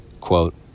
quote